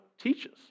teaches